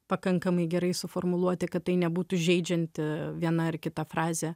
pakankamai gerai suformuluoti kad tai nebūtų žeidžianti viena ar kita frazė